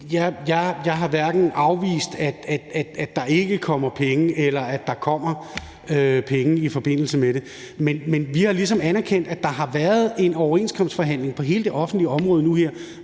Jeg har hverken afvist, at der ikke kommer penge, eller at der kommer penge i forbindelse med det. Men vi har ligesom anerkendt, at der har været en overenskomstforhandling på hele det offentlige område nu her,